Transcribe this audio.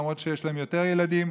למרות שיש להן יותר ילדים,